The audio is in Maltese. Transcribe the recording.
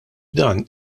dan